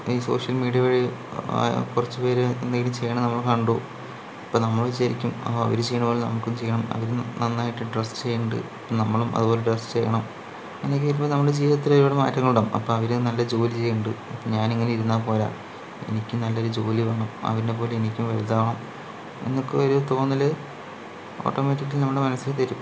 അല്ലെങ്കിൽ social media വഴി കുറച്ചു പേര് എന്തെങ്കിലും ചെയ്യണത് നമ്മൾ കണ്ടു അപ്പോൾ നമ്മള് വിചാരിക്കും ആ അവര് ചെയ്യുന്നതു പോലെ നമുക്കും ചെയ്യാം അവർ നന്നായിട്ട് ഡ്രസ്സ് ചെയ്യുന്നുണ്ട് അപ്പോൾ നമ്മളും അതുപോലെ ഡ്രസ്സ് ചെയ്യണം അല്ലെങ്കിൽ ഇപ്പോൾ നമ്മുടെ ജീവിതത്തിൽ ഈ ഒര് മാറ്റങ്ങൾ ഉണ്ടാകും അപ്പം അവര് നല്ല ജോലി ചെയ്യണ്ട് ഞാൻ ഇങ്ങനെ ഇരുന്നാ പോരാ എനിക്കും നല്ലൊരു ജോലി വേണം അവനെപ്പോലെ എനിക്കും വലുതാവണം എന്നൊക്കെ ഒരു തോന്നല് ഓട്ടോമാറ്റിക്കലി നമ്മളുടെ മനസ്സിൽ വരും